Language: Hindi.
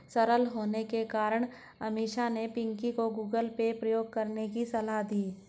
सरल होने के कारण अमीषा ने पिंकी को गूगल पे प्रयोग करने की सलाह दी